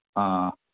ആ